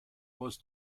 was